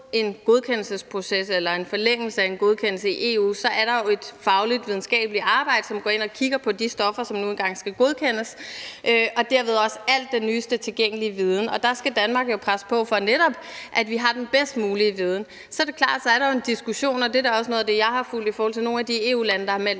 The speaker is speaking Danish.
rækkefølge, for frem mod en godkendelsesproces eller en forlængelse af en godkendelse i EU, er der jo et fagligt, videnskabeligt arbejde, som går ind og kigger på de stoffer, som nu engang skal godkendes, og derved også al den nyeste tilgængelige viden, og der skal Danmark jo presse på for netop at få den bedst mulige viden. Så er det klart, at der jo er en diskussion, og det er da også noget af det, jeg har fulgt i forhold til nogle af de EU-lande, der har meldt